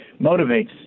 motivates